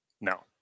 No